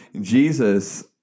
Jesus